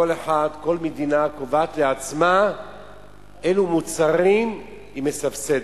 כל מדינה קובעת לעצמה איזה מוצרים היא מסבסדת.